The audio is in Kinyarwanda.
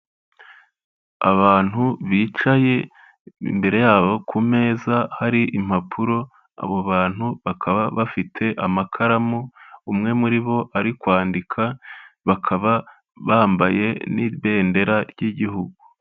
Abantu bicaye imbere yabo ku meza hari impapuro, abo bantu bakaba bafite amakaramu, umwe muri bo ari kwandika, bakaba bambaye n'ibendera ry'igihugu.